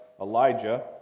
Elijah